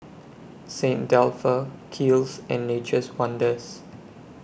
Saint Dalfour Kiehl's and Nature's Wonders